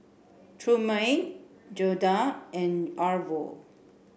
Trumaine Gerda and Arvo